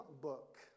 book